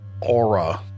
aura